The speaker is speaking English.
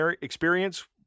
experience